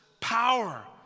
power